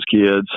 kids